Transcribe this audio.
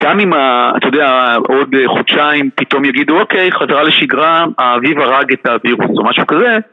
גם אם, אתה יודע, עוד חודשיים פתאום יגידו, אוקיי, חזרה לשגרה, האביב הרג את הווירוס או משהו כזה